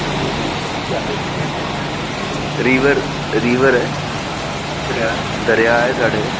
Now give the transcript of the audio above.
ते री केह् आखदे रिवर रिवर ऐ दरेआ ऐ साढ़े